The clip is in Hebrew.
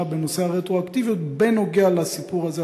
בנושא הרטרואקטיביות בנוגע לסיפור הזה,